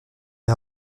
est